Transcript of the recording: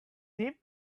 deep